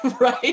right